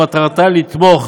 שמטרתה לתמוך